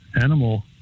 animal